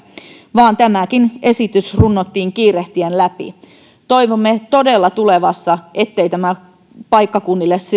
vaan tämäkin esitys runnottiin kiirehtien läpi toivomme todella tulevassa ettei tämä paikkakunnille